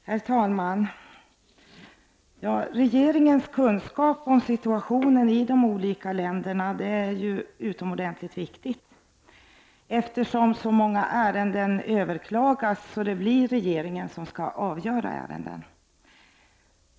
Herr talman! Regeringens kunskap om situationen i de olika länderna är utomordentligt viktig, eftersom så många ärenden överklagas och det därmed blir regeringen som skall avgöra dessa.